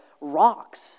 rocks